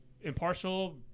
impartial